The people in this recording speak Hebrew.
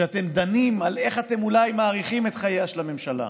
כשאתם דנים איך אתם אולי מאריכים את חייה של הממשלה?